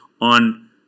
on